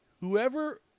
whoever